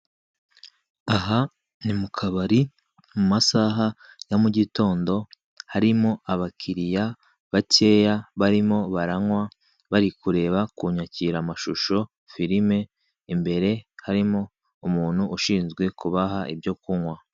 Aha ni mu kabari, mu masaha ya mugitondo, harimo abakiriya bakeya barimo baranywa, barikureba ku nyakiramashusho firime, imbere harimo umutu ushinzwe kubaha ibyo kunywa.